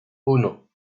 uno